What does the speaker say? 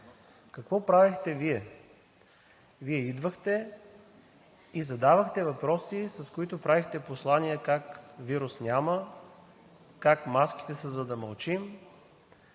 Какво правехте Вие? Вие идвахте и задавахте въпроси, с които правехте послания как вирус няма, как маските са, за да мълчим,